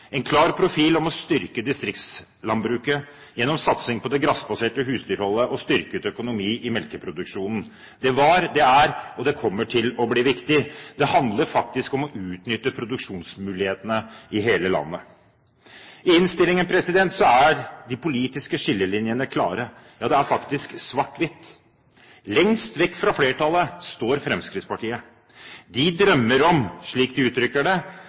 en klar profil for å styrke distriktslandbruket gjennom satsing på det grasbaserte husdyrholdet og styrket økonomi i melkeproduksjonen. Det var, er og kommer til å bli viktig. Det handler faktisk om å utnytte produksjonsmulighetene i hele landet. I innstillingen er de politiske skillelinjene klare. Det er faktisk svart-hvitt. Lengst vekk fra flertallet står Fremskrittspartiet. De drømmer om, slik de uttrykker det: